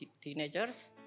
teenagers